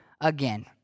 again